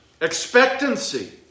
expectancy